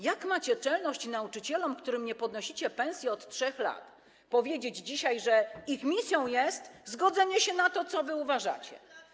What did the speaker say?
Jak macie czelność nauczycielom, którym nie podnosicie pensji od 3 lat, powiedzieć dzisiaj, że ich misją jest zgodzenie się na to, co wy uważacie?